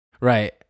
Right